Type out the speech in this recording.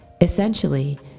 essentially